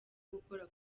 gukora